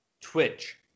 Twitch